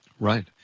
Right